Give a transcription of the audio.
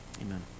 Amen